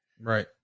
Right